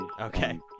Okay